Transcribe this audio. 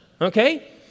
okay